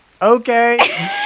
Okay